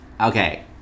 okay